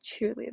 Cheerleader